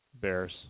Bears